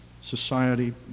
society